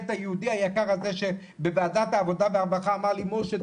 את היהודי היקר הזה שבוועדת העבודה והרווחה אמר לי משה,